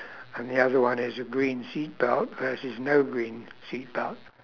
and the other one is a green seat belt versus no green seat belt